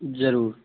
जरूर